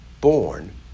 Born